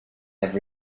have